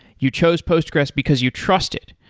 you chose postgres because you trust it.